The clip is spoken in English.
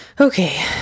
Okay